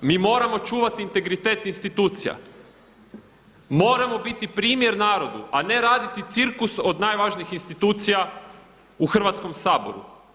Mi moramo čuvati integritet institucija, moramo biti primjer narodu, a ne raditi cirkus od najvažnijih institucija u Hrvatskom saboru.